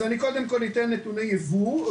אז אני קודם כל אתן נתוני ייבוא.